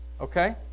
Okay